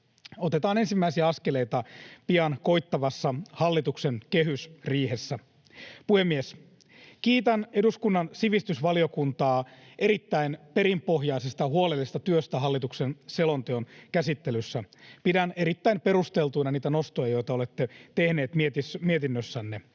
otetaan ensimmäisiä askeleita pian koittavassa hallituksen kehysriihessä. Puhemies! Kiitän eduskunnan sivistysvaliokuntaa erittäin perinpohjaisesta ja huolellisesta työstä hallituksen selonteon käsittelyssä. Pidän erittäin perusteltuina niitä nostoja, joita olette tehneet mietinnössänne.